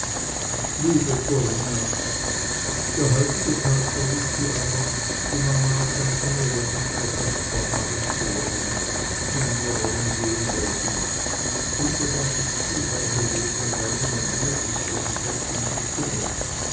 liebe corinna der heutige tag verlief wie alle die mama scheint in ihrer gegnerschaft verharren zu wollen nun wir wollen sehen wer siegt hildegard ist viel bei helene weil niemand hier ist der sich recht um sie kümmert